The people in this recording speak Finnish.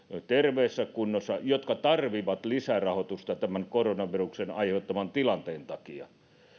terveessä kunnossa jotka tarvitsevat lisärahoitusta tämän koronaviruksen aiheuttaman tilanteen takia